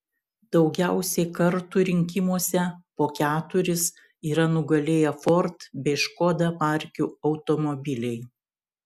daugiausiai kartų rinkimuose po keturis yra nugalėję ford bei škoda markių automobiliai